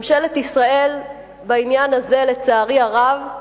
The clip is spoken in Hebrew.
ממשלת ישראל בעניין הזה, לצערי הרב,